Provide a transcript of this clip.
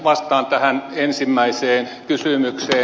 vastaan tähän ensimmäiseen kysymykseen